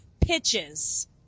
pitches